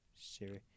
Siri